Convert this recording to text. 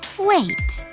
wait.